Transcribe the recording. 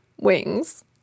Wings